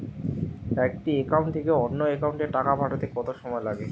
একটি একাউন্ট থেকে অন্য একাউন্টে টাকা পাঠাতে কত সময় লাগে?